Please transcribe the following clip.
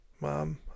Mom